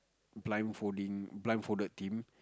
blind folding blind folded team